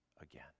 again